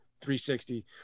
360